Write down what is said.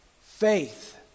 Faith